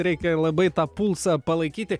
reikia labai tą pulsą palaikyti